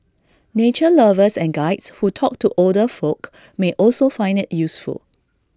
nature lovers and Guides who talk to older folk may also find IT useful